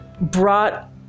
brought